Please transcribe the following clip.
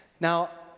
Now